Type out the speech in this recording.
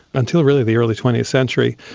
until really the early twentieth century,